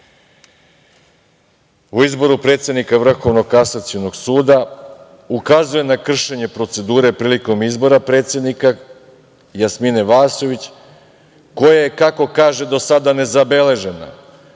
u izboru predsednika Vrhovnog kasacionog suda ukazuje na kršenje procedure prilikom izbora predsednika Jasmine Vasović koja je, kako kaže, do sada nezabeležena,